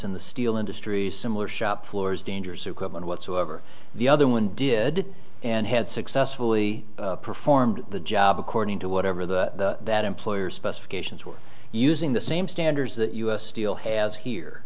in the steel industry similar shop floors dangers of one whatsoever the other one did and had successfully performed the job according to whatever the that employer's specifications were using the same standards that u s steel has here